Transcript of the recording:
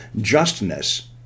justness